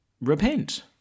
repent